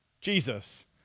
Jesus